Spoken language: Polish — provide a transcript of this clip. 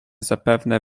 zapewne